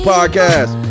Podcast